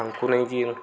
ତାଙ୍କୁ ନେଇକି